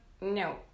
no